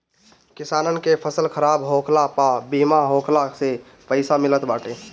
किसानन के फसल खराब होखला पअ बीमा होखला से पईसा मिलत बाटे